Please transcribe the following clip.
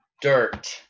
dirt